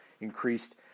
increased